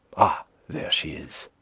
ah, there she is.